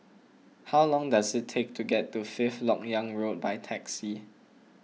how long does it take to get to Fifth Lok Yang Road by taxi